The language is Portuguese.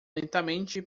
lentamente